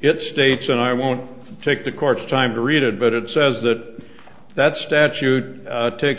it states and i won't take the court's time to read it but it says that that statute takes